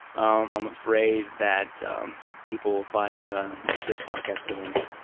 um um afraid that people will find ah this podcast boring.